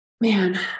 man